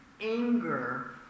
anger